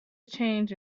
change